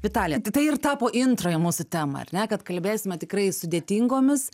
vitalija tai tai ir tapo intro į mūsų temą ar ne kad kalbėsime tikrai sudėtingomis